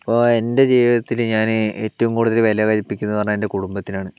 ഓ എൻ്റെ ജീവിതവത്തിൽ ഞാൻ ഏറ്റവും കൂടുതൽ വില കല്പിക്കുന്നതെന്നു പറഞ്ഞാൽ എൻ്റെ കുടുംബത്തിനാണ്